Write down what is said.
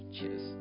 cheers